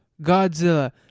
Godzilla